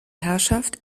herrschaft